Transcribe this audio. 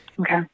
Okay